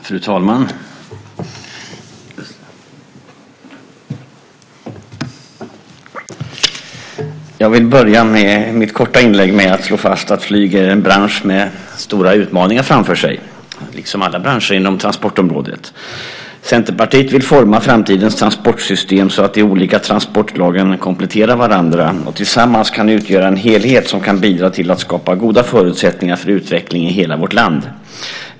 Fru talman! Jag vill inleda mitt korta anförande med att slå fast att flyget är en bransch med stora utmaningar framför sig - liksom alla branscher inom transportområdet. Centerpartiet vill forma framtidens transportsystem så att de olika transportslagen kompletterar varandra och tillsammans kan utgöra en helhet som kan bidra till att skapa goda förutsättningar för utveckling i hela vårt land.